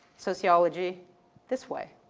sociology this way.